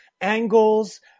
angles